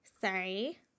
Sorry